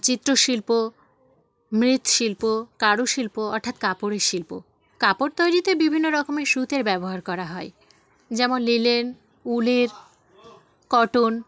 চিত্র শিল্প মৃৎ শিল্প কারু শিল্প অর্থাৎ কাপড়ের শিল্প কাপড় তৈরিতে বিভিন্ন রকমের সুতোর ব্যবহার করা হয় যেমন লিলেন উলের কটন